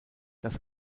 das